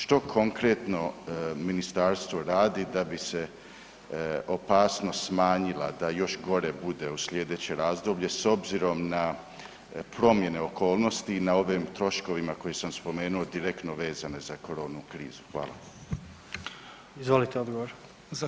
Što konkretno ministarstvo radi da bi se opasnost smanjila da još gore bude u sljedeće razdoblje s obzirom na promjene okolnosti i na ovim troškovima koje sam spomenuo, direktno vezane za korona krizu?